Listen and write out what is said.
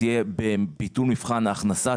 תהיה בביטול מבחן ההכנסה.